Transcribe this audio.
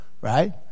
Right